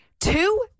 two